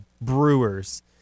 Brewers